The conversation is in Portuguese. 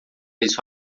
isso